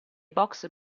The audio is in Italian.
box